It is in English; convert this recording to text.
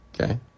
okay